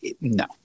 no